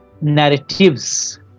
narratives